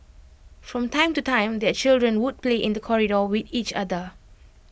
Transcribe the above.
from time to time their children would play in the corridor with each other